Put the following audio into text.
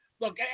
look